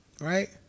right